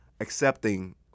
accepting